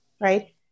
right